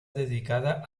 dedicada